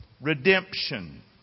Redemption